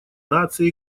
наций